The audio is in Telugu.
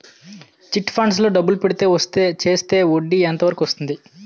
చిట్ ఫండ్స్ లో డబ్బులు పెడితే చేస్తే వడ్డీ ఎంత వరకు వస్తుంది?